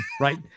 right